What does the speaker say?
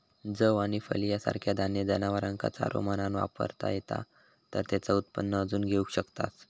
जौ आणि फलिया सारखा धान्य जनावरांका चारो म्हणान वापरता येता तर तेचा उत्पन्न अजून घेऊ शकतास